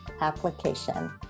application